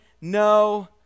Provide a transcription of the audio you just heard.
No